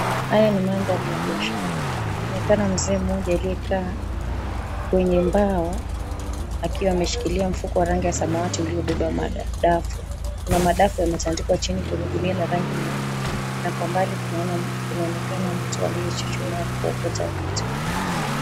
Haya ni mandhari ya biashara. Kunaonekana mzee mmoja aliyekaa kwenye mbao akiwa ameshikilia mfuko wa rangi ya samawati uliobeba madafu. Kuna madafu yametandikwa chini kwenye gunia ya rangi nyeupe na kwa mbali kunaonekana mtu aliyechuchuma kuokota vitu.